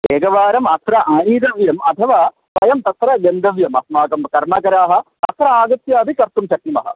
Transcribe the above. एकवारम् अत्र आनीतव्यम् अथवा वयं तत्र गन्तव्यम् अस्माकं कर्मकराः अत्र आगत्य अपि कर्तुं शक्नुमः